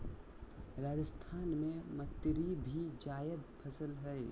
राजस्थान में मतीरी भी जायद फसल हइ